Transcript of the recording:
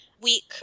week